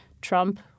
Trump